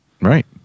Right